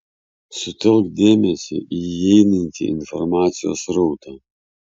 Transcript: sutelk dėmesį į įeinantį informacijos srautą